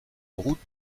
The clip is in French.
route